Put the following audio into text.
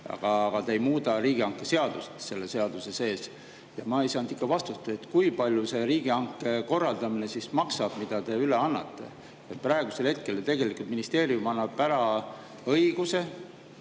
Aga te ei muuda riigihangete seadust selle seaduse sees. Ma ei saanud ikka vastust, kui palju see riigihanke korraldamine maksab, mida te üle annate. Praegusel hetkel tegelikult ministeerium annab ära õiguse